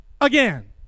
again